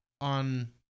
on